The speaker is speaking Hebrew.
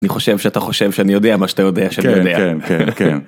אני חושב שאתה חושב שאני יודע מה שאתה יודע שאני יודע. כן, כן, כן, כן